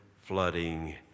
flooding